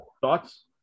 Thoughts